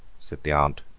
said the aunt,